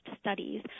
studies